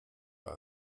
war